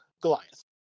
Goliath